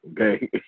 okay